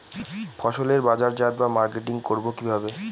ফসলের বাজারজাত বা মার্কেটিং করব কিভাবে?